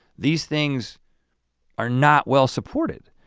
these things are not well supported.